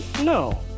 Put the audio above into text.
No